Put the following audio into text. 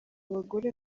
abagore